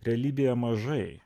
realybėje mažai